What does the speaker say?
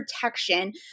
Protection